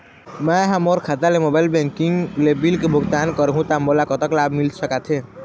मैं हा मोर खाता ले मोबाइल बैंकिंग ले बिल के भुगतान करहूं ता मोला कतक लाभ मिल सका थे?